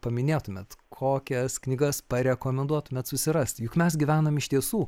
paminėtumėt kokias knygas parekomenduotumėt susirasti juk mes gyvenam iš tiesų